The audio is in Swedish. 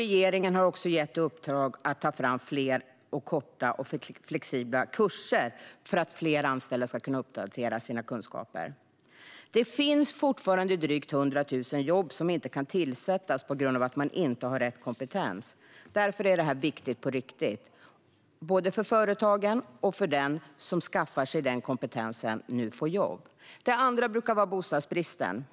Regeringen har också gett uppdraget att ta fram fler korta och flexibla kurser för att fler anställda ska kunna uppdatera sina kunskaper. Det finns fortfarande drygt 100 000 jobb som inte kan tillsättas på grund av att man inte har rätt kompetens. Därför är detta viktigt på riktigt, både för företagen och för dem som skaffar sig den kompetensen och nu får jobb. Nummer två brukar vara bostadsbristen.